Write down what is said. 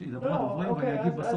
שידברו הדוברים ואני אגיב בסוף.